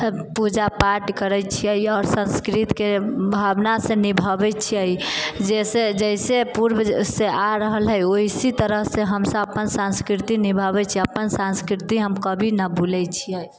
सब पूजा पाठ करै छियै आओर संस्कृतके भावनासँ निभाबै छियै जैसे पूर्वसँ आबि रहल है उसी तरहसँ हमसब अपन संस्कृति निभाबै छियै अपन संस्कृति हम कभी नहि भूलै छियै